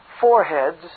foreheads